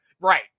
Right